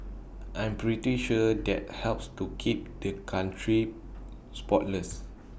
I'm pretty sure that helps to keep the country spotless